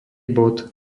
bod